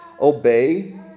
Obey